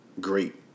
great